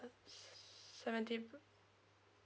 seventy